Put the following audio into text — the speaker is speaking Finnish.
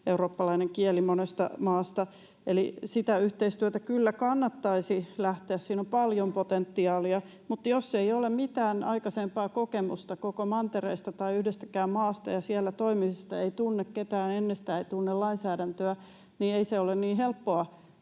eurooppalainen kieli, löytyy monesta maasta. Eli siihen yhteistyöhön kyllä kannattaisi lähteä, siinä on paljon potentiaalia, mutta jos ei ole mitään aikaisempaa kokemusta koko mantereesta tai yhdestäkään maasta ja siellä toimimisesta, ei tunne ketään ennestään, ei tunne lainsäädäntöä, niin ei se ole niin helppoa